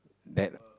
bad